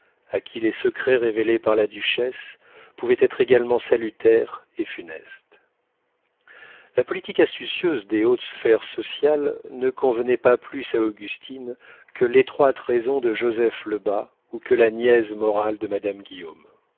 à qui les secrets révélés par la duchesse pouvaient être également salutaires et funestes la politique astucieuse des hautes sphères sociales ne convenait pas plus à augustine que l'étroite raison de joseph lebas ou que la niaise morale de madame guillaume